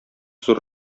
зур